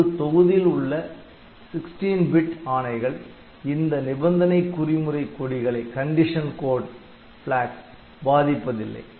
ஒரு தொகுதியில் உள்ள 16 பிட் ஆணைகள் இந்த நிபந்தனை குறிமுறை கொடிகளை பாதிப்பதில்லை